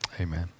Amen